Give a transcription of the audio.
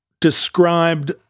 described